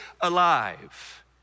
alive